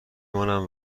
مانم